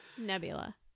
Nebula